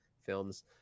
films